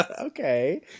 okay